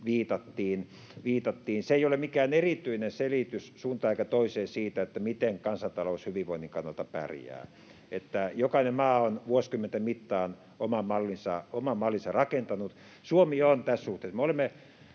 viitattiin, ei ole mikään erityinen selitys suuntaan eikä toiseen siitä, miten kansantalous hyvinvoinnin kannalta pärjää. Jokainen maa on vuosikymmenten mittaan oman mallinsa rakentanut. Suomi on tässä suhteessa